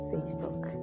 Facebook